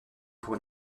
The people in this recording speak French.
pour